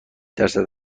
درصد